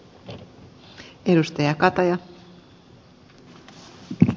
arvoisa puhemies